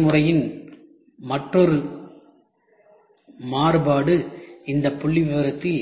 இந்த செயல்முறையின் மற்றொரு மாறுபாடு இந்த புள்ளிவிவரத்தில்